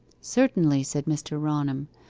certainly, said mr. raunham,